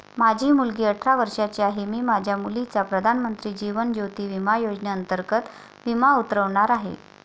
माझी मुलगी अठरा वर्षांची आहे, मी माझ्या मुलीचा प्रधानमंत्री जीवन ज्योती विमा योजनेअंतर्गत विमा उतरवणार आहे